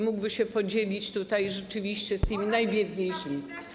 Mógłby się podzielić tutaj rzeczywiście z tymi najbiedniejszymi.